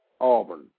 auburn